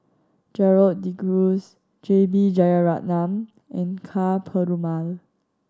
Gerald De Cruz J B Jeyaretnam and Ka Perumal